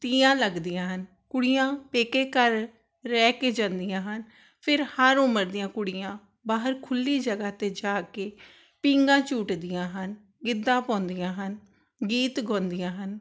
ਤੀਆਂ ਲੱਗਦੀਆਂ ਹਨ ਕੁੜੀਆਂ ਪੇਕੇ ਘਰ ਰਹਿ ਕੇ ਜਾਂਦੀਆਂ ਹਨ ਫਿਰ ਹਰ ਉਮਰ ਦੀਆਂ ਕੁੜੀਆਂ ਬਾਹਰ ਖੁੱਲ੍ਹੀ ਜਗ੍ਹਾ 'ਤੇ ਜਾ ਕੇ ਪੀਘਾਂ ਝੂਟਦੀਆਂ ਹਨ ਗਿੱਧਾ ਪਾਉਂਦੀਆਂ ਹਨ ਗੀਤ ਗਾਉਂਦੀਆਂ ਹਨ